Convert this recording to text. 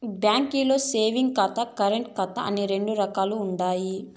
బాంకీల్ల సేవింగ్స్ ఖాతా, కరెంటు ఖాతా అని రెండు రకాలుండాయి